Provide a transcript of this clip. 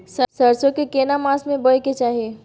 सरसो के केना मास में बोय के चाही?